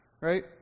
right